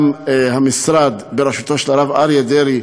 גם המשרד בראשותו של אריה דרעי,